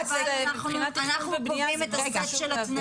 אבל אנחנו קובעים את הסט של התנאים.